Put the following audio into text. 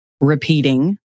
repeating